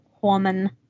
woman